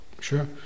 sure